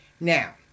Now